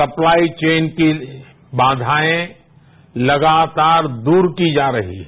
supply chain की बाघाएं लगातार दूर की जा रही हैं